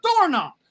doorknob